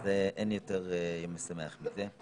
אין יותר יום משמח מזה.